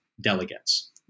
delegates